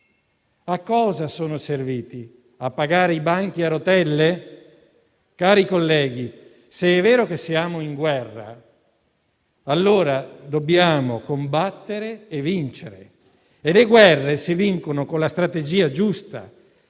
A cosa sono serviti? A pagare i banchi a rotelle? Cari colleghi, se è vero che siamo in guerra allora dobbiamo combattere e vincere. Le guerre si vincono con la strategia giusta,